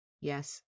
Yes